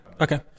Okay